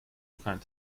kind